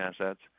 assets